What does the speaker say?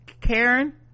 Karen